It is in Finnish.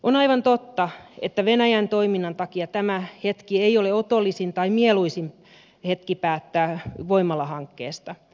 on aivan totta että venäjän toiminnan takia tämä hetki ei ole otollisin tai mieluisin hetki päättää voimalahankkeesta